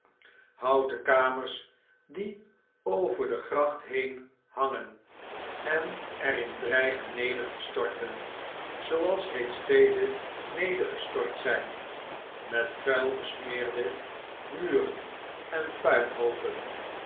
houten kamers die over de gracht heen hangen en er in dreigen neder te storten zooals reeds vele nedergestort zijn met vuil besmeerde muren en puinhoopen